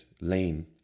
Lane